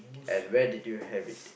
and where did you have it